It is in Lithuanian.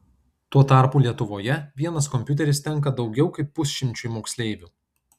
tuo tarpu lietuvoje vienas kompiuteris tenka daugiau kaip pusšimčiui moksleivių